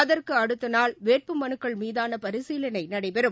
அதற்குஅடுத்தநாள் வேட்பு மனுக்கள் மீதானபரிசீலனைநடைபெறும்